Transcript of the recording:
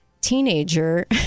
teenager